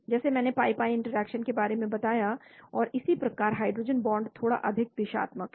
जैसे मैंने pi pi interaction के बारे में बताया और इसी प्रकार हाइड्रोजन बांड थोड़ा अधिक दिशात्मक हैं